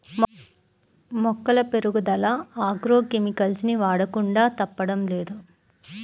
మొక్కల పెరుగుదల agro chemicals ని వాడకుండా తప్పడం లేదు